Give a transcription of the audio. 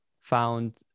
found